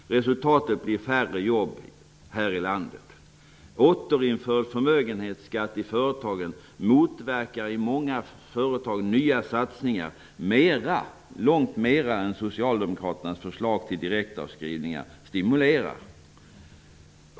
Resultatet blir färre jobb här i landet. Återinförd förmögenhetsskatt i företagen motverkar i många företag nya satsningar mer än socialdemokraternas förslag till direktavskrivningar stimulerar.